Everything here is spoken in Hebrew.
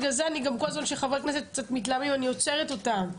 בגלל זה כל הזמן שחברי הכנסת קצת מתלהמים אני עוצרת אותם.